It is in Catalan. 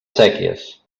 séquies